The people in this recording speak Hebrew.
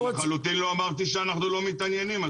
אני לחלוטין לא אמרתי שאנחנו לא מתעניינים,